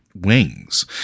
wings